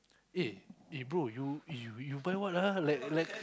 eh eh bro you you you buy what ah like